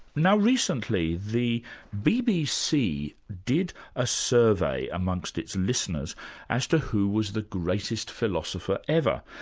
now recently, the bbc did a survey amongst its listeners as to who was the greatest philosopher ever,